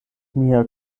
mia